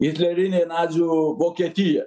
hitlerinė nacių vokietija